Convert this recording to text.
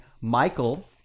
Michael